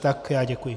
Tak já děkuji.